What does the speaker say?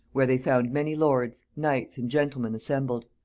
where they found many lords, knights, and gentlemen assembled.